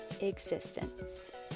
existence